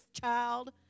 child